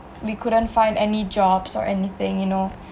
we couldn't find any jobs or anything you know